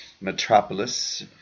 metropolis